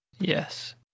yes